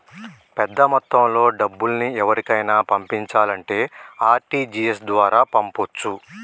పెద్దమొత్తంలో డబ్బుల్ని ఎవరికైనా పంపించాలంటే ఆర్.టి.జి.ఎస్ ద్వారా పంపొచ్చు